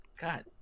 God